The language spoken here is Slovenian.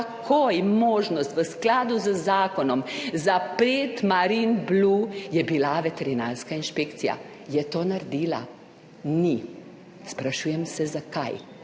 takoj možnost v skladu z zakonom zapreti Marinblu, je bila veterinarska inšpekcija. Je to naredila? Ni. Sprašujem se, zakaj,